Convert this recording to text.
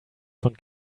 von